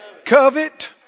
Covet